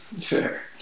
Fair